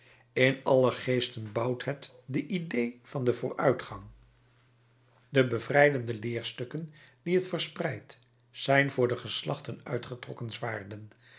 in alle geesten bouwt het de idée van den vooruitgang de bevrijdende leerstukken die het verspreidt zijn voor de geslachten uitgetrokken zwaarden